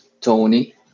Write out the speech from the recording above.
Tony